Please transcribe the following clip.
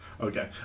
Okay